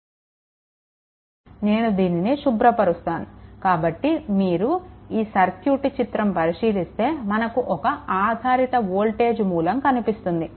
నేను దీనిని శుభ్రపరుస్తాను కాబట్టి మీరు ఈ సర్క్యూట్ చిత్రం పరిశీలిస్తే మనకు ఒక ఆధారిత వోల్టేజ్ మూలం కనిపిస్తుంది